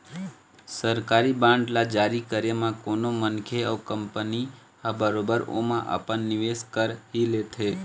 सरकारी बांड ल जारी करे म कोनो मनखे अउ कंपनी ह बरोबर ओमा अपन निवेस कर ही लेथे